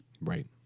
Right